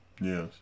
yes